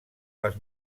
les